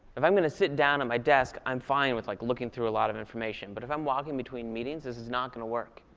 if i'm going to sit down at my desk, i'm fine with like looking through a lot of information. but if i'm walking between meetings, this is not going to work.